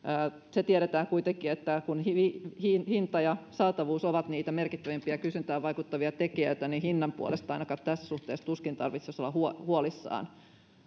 se tiedetään kuitenkin että kun hinta ja saatavuus ovat niitä merkittävimpiä kysyntään vaikuttavia tekijöitä niin hinnan puolesta ainakaan tässä suhteessa tuskin tarvitsisi olla huolissaan